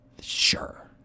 Sure